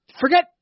forget